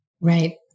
Right